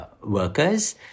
workers